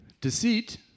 deceit